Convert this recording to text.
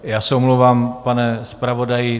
Já se omlouvám, pane zpravodaji.